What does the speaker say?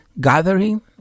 gathering